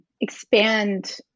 expand